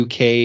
UK